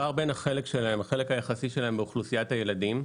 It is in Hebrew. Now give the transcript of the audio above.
הפער בין החלק היחסי שלהם באוכלוסיית הילדים,